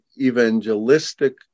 evangelistic